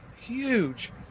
huge